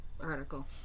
article